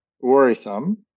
worrisome